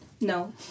No